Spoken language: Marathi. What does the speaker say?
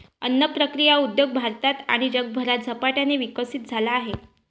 अन्न प्रक्रिया उद्योग भारतात आणि जगभरात झपाट्याने विकसित झाला आहे